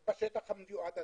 בשטח המיועד הזה.